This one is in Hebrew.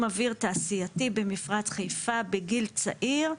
אוויר תעשייתי במפרץ חיפה בגיל צעיר,